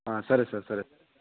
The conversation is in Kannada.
ಹಾಂ ಸರಿ ಸರ್ ಸರಿ